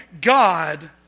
God